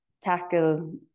tackle